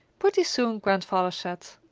pretty soon grandfather said,